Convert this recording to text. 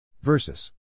Versus